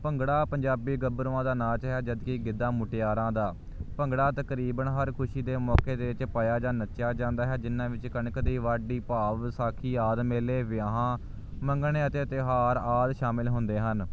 ਭੰਗੜਾ ਪੰਜਾਬੀ ਗੱਭਰੂਆਂ ਦਾ ਨਾਚ ਹੈ ਜਦੋਂ ਕਿ ਗਿੱਧਾ ਮੁਟਿਆਰਾਂ ਦਾ ਭੰਗੜਾ ਤਕਰੀਬਨ ਹਰ ਖੁਸ਼ੀ ਦੇ ਮੌਕੇ ਦੇ ਵਿੱਚ ਪਾਇਆ ਜਾਂ ਨੱਚਿਆ ਜਾਂਦਾ ਹੈ ਜਿਨ੍ਹਾਂ ਵਿੱਚ ਕਣਕ ਦੀ ਵਾਢੀ ਭਾਵ ਵਿਸਾਖੀ ਆਦਿ ਮੇਲੇ ਵਿਆਹ ਮੰਗਣੇ ਅਤੇ ਤਿਉਹਾਰ ਹਾਲ ਸ਼ਾਮਲ ਹੁੰਦੇ ਹਨ